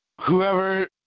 Whoever